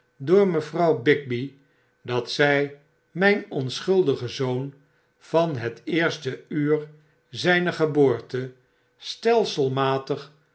door mevrouw bigby dat zij mijn onschuidigen zoon van heteerste uur ziiner geboorte stelselmatig